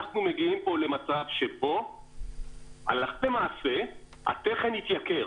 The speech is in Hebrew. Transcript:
אנחנו מגיעים פה למצב שבו הלכה למעשה התכן יתייקר